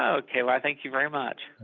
ah okay well i thank you very much.